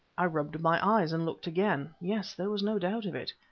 i rubbed my eyes and looked again. yes, there was no doubt of it.